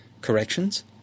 corrections